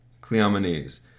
Cleomenes